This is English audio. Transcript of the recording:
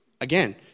again